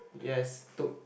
yes took